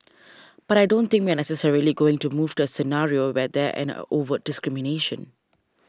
but I don't think we are necessarily going to move to a scenario where there an overt discrimination